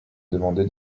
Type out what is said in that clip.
demandé